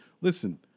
listen